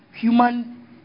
human